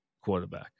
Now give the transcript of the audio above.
quarterback